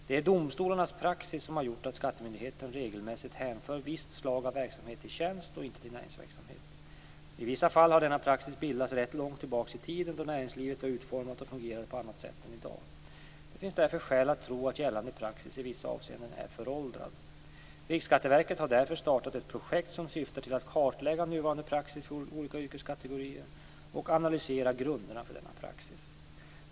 Det är domstolarnas praxis som har gjort att skattemyndigheten regelmässigt hänför visst slag av verksamhet till tjänst och inte till näringsverksamhet. I vissa fall har denna praxis bildats rätt långt tillbaka i tiden då näringslivet var utformat och fungerade på annat sätt än i dag. Det finns därför skäl att tro att gällande praxis i vissa avseenden är föråldrad. Riksskatteverket har därför startat ett projekt som syfar till att kartlägga nuvarande praxis för olika yrkeskategorier och analysera grunderna för denna praxis.